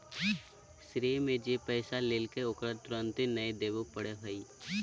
श्रेय में जे पैसा लेलकय ओकरा तुरंत नय देबे पड़ो हइ